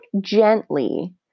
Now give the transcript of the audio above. gently